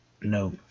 No